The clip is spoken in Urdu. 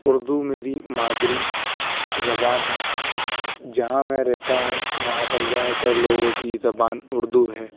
اردو میری مادری زبان ہیں جہاں میں رہتا ہوں وہاں پر زیادہ تر لوگوں کی زبان اردو ہے